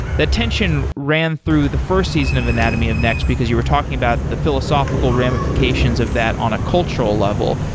that tension ran through the first season of anatomy of next because you are talking about the philosophical ramifications of that on a cultural level.